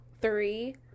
Three